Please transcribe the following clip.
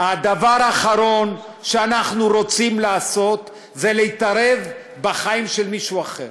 הדבר האחרון שאנחנו רוצים לעשות זה להתערב בחיים של מישהו אחר.